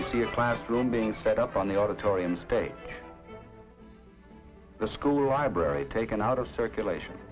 you see a classroom being set up on the auditorium space the school library taken out of circulation